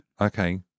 Okay